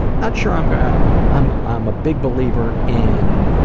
not sure um and i'm i'm a big believer in ah,